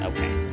Okay